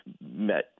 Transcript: met